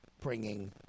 bringing